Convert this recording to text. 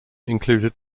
included